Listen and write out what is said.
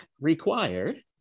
Required